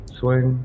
swing